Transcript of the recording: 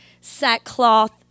sackcloth